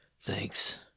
Thanks